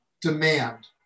demand